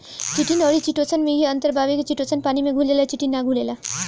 chitin अउरी chitosan में इहे अंतर बावे की चिटोसन पानी में घुल जाला चिटिन ना घुलेला